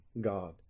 God